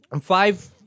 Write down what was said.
Five